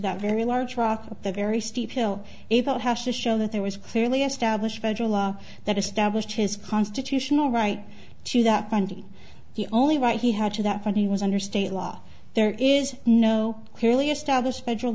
that very large rock up a very steep hill if it has to show that there was clearly established federal law that established his constitutional right to that bundy the only right he had to that but he was under state law there is no clearly established federal